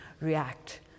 react